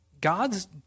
God's